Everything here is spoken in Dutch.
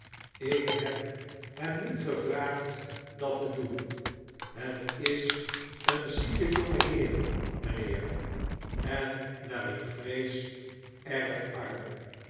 ik iieb hem niet gewaagd dat te doein het is een zieke jongeheer mijnheer en naar ik vrees erg arm